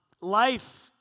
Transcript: life